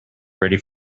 ready